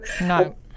no